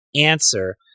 Answer